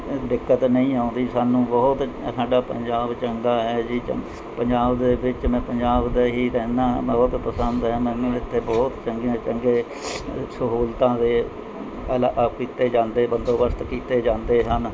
ਦਿੱਕਤ ਨਹੀਂ ਆਉਂਦੀ ਸਾਨੂੰ ਬਹੁਤ ਸਾਡਾ ਪੰਜਾਬ ਚੰਗਾ ਹੈ ਜੀ ਚੰ ਪੰਜਾਬ ਦੇ ਵਿੱਚ ਮੈਂ ਪੰਜਾਬ ਦਾ ਹੀ ਰਹਿੰਦਾ ਬਹੁਤ ਪਸੰਦ ਹੈ ਮੈਨੂੰ ਇੱਥੇ ਬਹੁਤ ਚੰਗੀਆਂ ਚੰਗੇ ਸਹੂਲਤਾਂ ਦੇ ਕੀਤੇ ਜਾਂਦੇ ਬੰਦੋਬਸਤ ਕੀਤੇ ਜਾਂਦੇ ਹਨ